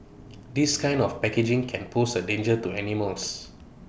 this kind of packaging can pose A danger to animals